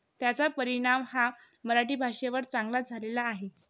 त्याचा परिणाम हा मराठी भाषेवर चांगलाच झालेला आहे